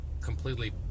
completely